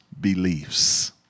beliefs